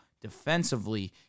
defensively